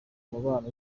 mubano